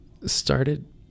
started